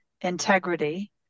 integrity